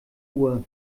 uhr